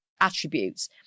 attributes